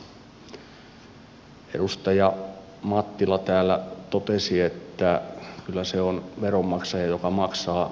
edustaja mattila täällä totesi että kyllä se on veronmaksaja joka maksaa